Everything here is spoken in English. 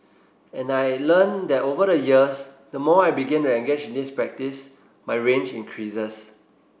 and I learnt that over the years the more I begin to engage in this practice my range increases